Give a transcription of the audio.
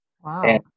Wow